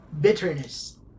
bitterness